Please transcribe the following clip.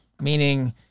meaning